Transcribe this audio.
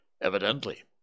Evidently